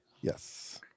Yes